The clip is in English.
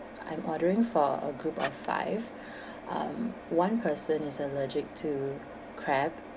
I'm ordering for a group of five um one person is allergic to crab